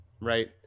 right